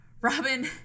Robin